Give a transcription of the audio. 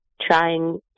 trying